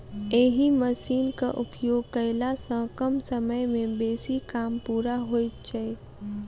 एहि मशीनक उपयोग कयला सॅ कम समय मे बेसी काम पूरा होइत छै